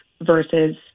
versus